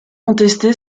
contesté